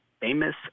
Famous